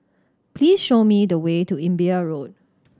please show me the way to Imbiah Road